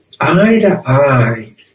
eye-to-eye